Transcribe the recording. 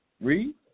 Read